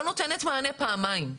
לא נותנת מענה פעמיים: